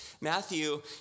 Matthew